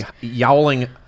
yowling